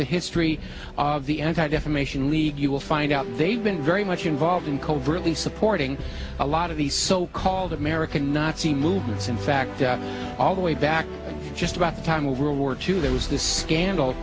the history of the anti defamation league you will find out they've been very much involved in covertly supporting a lot of these so called american nazi movements in fact all the way back just about the time of world war two there was this scandal